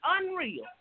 unreal